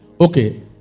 Okay